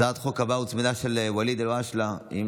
הצעת החוק הבאה, של ואליד אלהואשלה, הוצמדה.